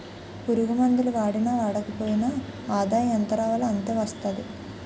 పురుగుమందులు వాడినా వాడకపోయినా ఆదాయం ఎంతరావాలో అంతే వస్తాది